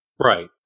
Right